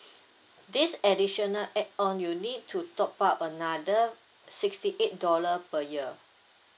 this additional add on you need to top up another sixty eight dollar per year